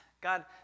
God